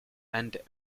and